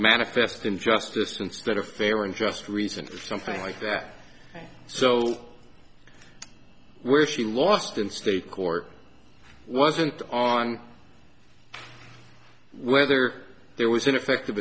manifest injustice instead of fair and just recently something like that so where she lost in state court wasn't on whether there was ineffective